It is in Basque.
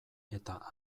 eta